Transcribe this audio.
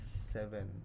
Seven